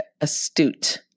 astute